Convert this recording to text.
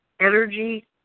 energy